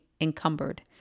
encumbered